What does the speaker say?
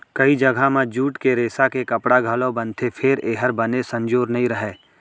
कइ जघा म जूट के रेसा के कपड़ा घलौ बनथे फेर ए हर बने संजोर नइ रहय